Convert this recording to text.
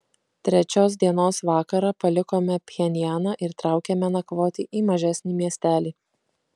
trečios dienos vakarą palikome pchenjaną ir traukėme nakvoti į mažesnį miestelį